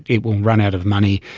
it will run out of money,